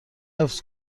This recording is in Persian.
حفظ